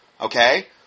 okay